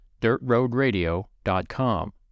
dirtroadradio.com